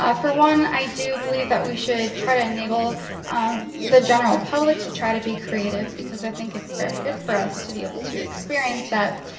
for one, i do believe that we should try to enable the general public to try to be creative, because i think it's very good for us to be able to experience that.